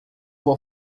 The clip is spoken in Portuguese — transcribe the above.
vou